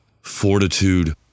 fortitude